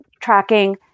tracking